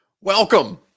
Welcome